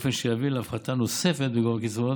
באופן שיביא להפחתה נוספת בגובה הקצבאות,